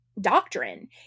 doctrine